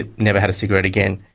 ah never had a cigarette again.